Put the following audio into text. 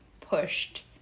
pushed